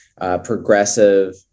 progressive